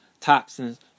toxins